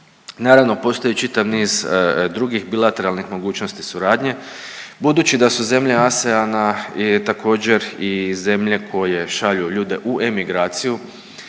Naravno postoji čitav niz drugih bilateralnih mogućnosti suradnji budući da su zemlje ASEAN-a i također i zemlje koje šalju ljude u emigraciju,